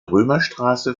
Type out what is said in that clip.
römerstraße